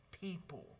people